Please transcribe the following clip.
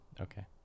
Okay